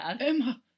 Emma